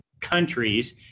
countries